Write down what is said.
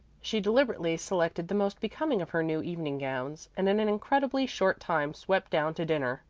she deliberately selected the most becoming of her new evening gowns, and in an incredibly short time swept down to dinner,